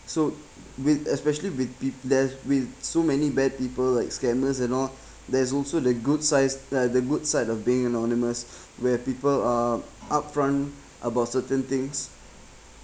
so with especially with peop~ there's with so many bad people like scammers and all there's also the good size uh the good side of being anonymous where people are upfront about certain things